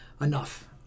enough